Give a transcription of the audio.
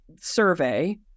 survey